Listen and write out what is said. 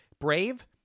Brave